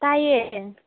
ꯇꯥꯏꯌꯦ